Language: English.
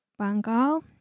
Bangal